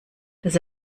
das